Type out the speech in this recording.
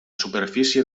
superfície